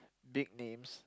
big names